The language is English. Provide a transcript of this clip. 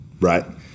Right